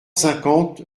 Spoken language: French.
cinquante